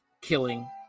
killing